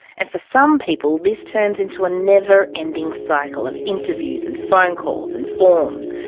and for some people. this turns into a never ending cycle of interviews and phone calls and forms.